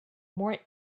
more